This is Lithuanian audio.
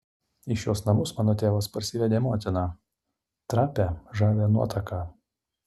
į šiuos namus mano tėvas parsivedė motiną trapią žavią nuotaką